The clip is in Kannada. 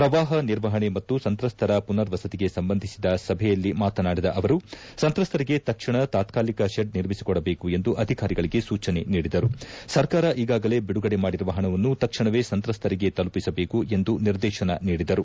ಪ್ರವಾಪ ನಿರ್ವಹಣೆ ಮತ್ತು ಸಂತ್ರಸ್ತರ ಮನರ್ವಸತಿಗೆ ಸಂಬಂಧಿಸಿದ ಸಭೆಯಲ್ಲಿ ಮಾತನಾಡಿದ ಅವರು ಸಂತ್ರಸ್ತರಿಗೆ ತಕ್ಷಣ ತಾತಾಲಿಕ ಶೆಡ್ ನಿರ್ಮಿಸಿಕೊಡಬೇಕು ಎಂದು ಅಧಿಕಾರಿಗಳಿಗೆ ಸೂಚನೆ ನೀಡಿದರು ಸರ್ಕಾರ ಈಗಾಗಲೇ ಬಿಡುಗಡೆ ಮಾಡಿರುವ ಪಣವನ್ನು ತಕ್ಷಣವೇ ಸಂತ್ರಸ್ತರಿಗೆ ತಲುಪಿಸಬೇಕು ಎಂದು ನಿರ್ದೇತನ ನೀಡಿದರು